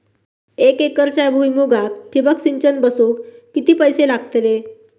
एक एकरच्या भुईमुगाक ठिबक सिंचन बसवूक किती पैशे लागतले?